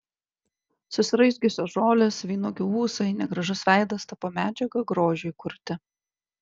susiraizgiusios žolės vynuogių ūsai negražus veidas tapo medžiaga grožiui kurti